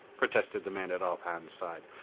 protested the man at ob hahn's side.